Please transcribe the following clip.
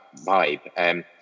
vibe